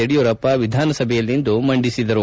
ಯಡಿಯೂರಪ್ಪ ವಿಧಾನಸಭೆಯಲ್ಲಿಂದು ಮಂಡಿಸಿದರು